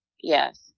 yes